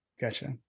gotcha